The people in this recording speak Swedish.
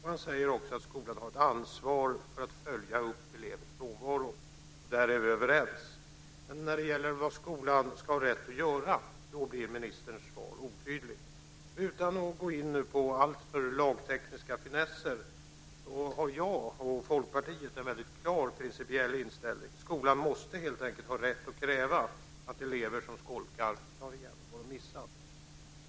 Han säger också att skolan har ett ansvar för att följa upp elevers frånvaro. Där är vi överens. Men när det gäller vad skolan ska ha rätt att göra blir ministerns svar otydligt. Utan att nu gå in på alltför lagtekniska finesser har jag och Folkpartiet en väldigt klar principiell inställning, nämligen att skolan helt enkelt måste ha rätt att kräva att elever som skolkar tar igen vad de har missat.